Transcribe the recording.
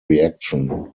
reaction